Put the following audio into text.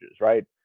Right